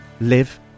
live